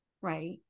right